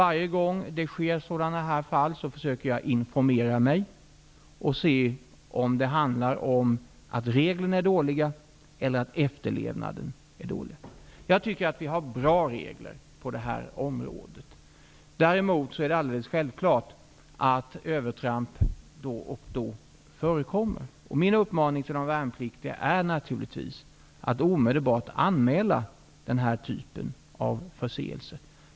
Varje gång sådana fall sker, försöker jag informera mig och se om det handlar om att reglerna är dåliga eller att efterlevnaden är dålig. Jag tycker att vi har bra regler på det här området. Däremot är det alldeles självklart att övertramp då och då förekommer. Min uppmaning till de värnpliktiga är naturligvis att omedelbart anmäla den här typen av förseelser.